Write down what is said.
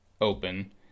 open